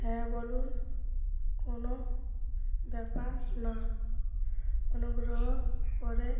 হ্যাঁ বলুন কোনো ব্যাপার না অনুগ্রহ করে